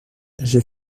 j’ai